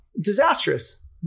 disastrous